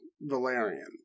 valerian